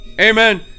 amen